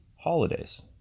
holidays